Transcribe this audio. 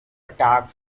attacked